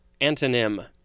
antonym